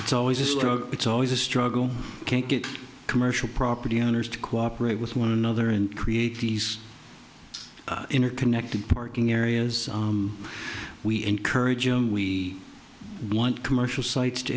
struggle it's always a struggle can't get commercial property owners to cooperate with one another and create these interconnected parking areas we encourage him we want commercial sites to